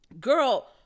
girl